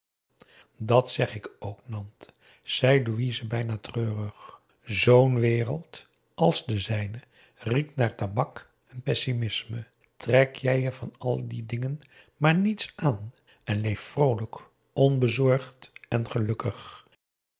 dat zeg ik ook nant zei louise bijna treurig zoo'n wereld als de zijne riekt naar tabak en pessimisme trek jij je van al die dingen maar niets aan en leef vroolijk onbezorgd en gelukkig